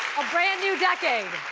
a brand new decade.